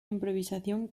improvisación